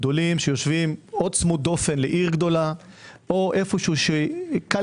גדולים שיושבים או צמוד דופן לעיר גדולה או איפשהו שקל